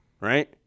right